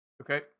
Okay